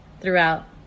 throughout